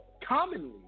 commonly